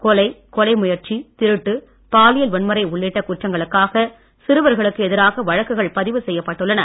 கொலை கொலை முயற்சி திருட்டு பாலியல் வன்முறை உள்ளிட்ட குற்றங்களுக்காக சிறுவர்களுக்கு எதிராக வழக்குகள் பதிவு செய்யப்பட்டுள்ளன